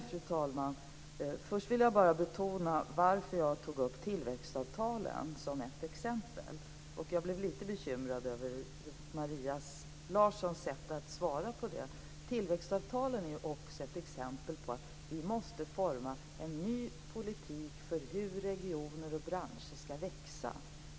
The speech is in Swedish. Fru talman! Först vill jag bara betona varför jag tog upp tillväxtavtalen som ett exempel. Jag blev lite bekymrad över Maria Larssons sätt att svara på det. Tillväxtavtalen är bl.a. ett exempel på att vi måste forma en ny politik för hur regioner och branscher skall växa.